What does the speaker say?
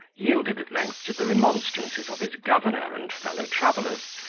yielded at length to the remonstrances of his governor and fellow-travellers,